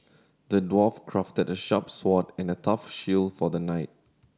the dwarf crafted a sharp sword and a tough shield for the knight